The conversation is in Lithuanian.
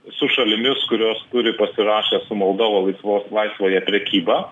su šalimis kurios turi pasirašę su moldova laisvos laisvąją prekybą